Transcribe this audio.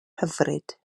hyfryd